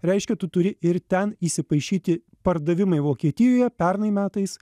reiškia tu turi ir ten įsipaišyti pardavimai vokietijoje pernai metais